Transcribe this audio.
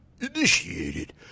initiated